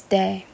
day